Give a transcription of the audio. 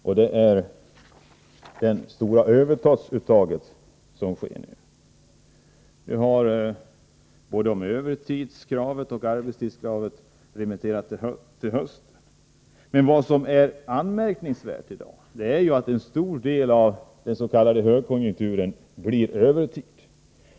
Det gäller bl.a. det stora övertidsuttag som nu äger rum. Både frågan om övertidsuttaget och frågan om arbetstiden är uppskjutna till hösten. Vad som är anmärkningsvärt i dag är att en stor del av dens.k. högkonjunkturen blir övertid.